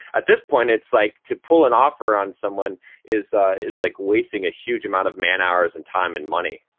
at this point it's like to pull an offer on someone is is like wasting a huge amount of man-hours and time, and money.